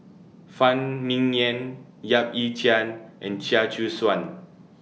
Phan Ming Yen Yap Ee Chian and Chia Choo Suan